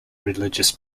religious